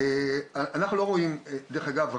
דרך אגב,